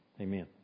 Amen